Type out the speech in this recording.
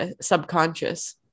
subconscious